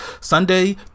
Sunday